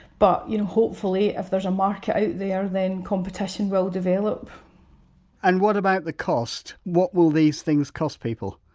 but you know hopefully, if there's a market out there then competition will develop and what about the cost? what will these things cost people?